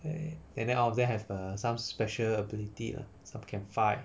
eh and then all of them uh some special ability lah some can fight